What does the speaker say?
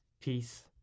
peace